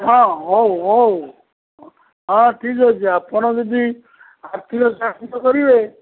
ହଁ ହଉ ହଉ ହଁ ଠିକ୍ ଅଛି ଆପଣ ଯଦି ଆର୍ଥିକ ସାହାଯ୍ୟ କରିବେ